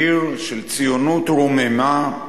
עיר של "ציונות רוממה",